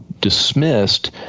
dismissed